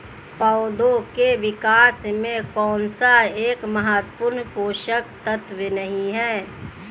पौधों के विकास में कौन सा एक महत्वपूर्ण पोषक तत्व नहीं है?